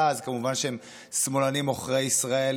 אז כמובן שהם שמאלנים עוכרי ישראל,